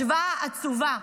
השוואה עצובה,